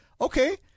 okay